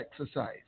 exercise